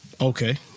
Okay